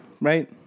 right